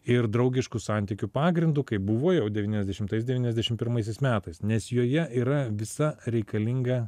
ir draugiškų santykių pagrindu kaip buvo jau devyniasdešimtais devyniasdešimt pirmaisiais metais nes joje yra visa reikalinga